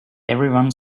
everyone